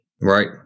Right